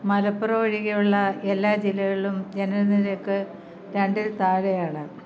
മലപ്പുറം ഒഴികെയുള്ള എല്ലാ ജില്ലകളിലും ജനനനിരക്ക് രണ്ടിൽ താഴെയാണ്